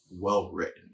well-written